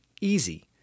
easy